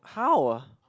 how